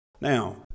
Now